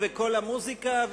ו"קול המוזיקה",